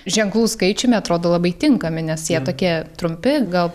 ženklų skaičiumi atrodo labai tinkami nes jie tokie trumpi gal